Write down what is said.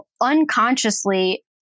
unconsciously